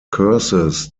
curses